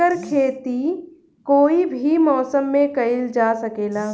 एकर खेती कोई भी मौसम मे कइल जा सके ला